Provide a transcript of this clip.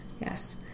Yes